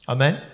Amen